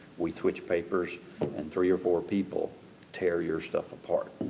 we switch papers and three or four people tear your stuff apart.